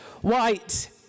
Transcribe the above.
white